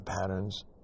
patterns